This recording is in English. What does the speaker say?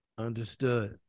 Understood